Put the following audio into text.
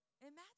Imagine